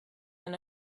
than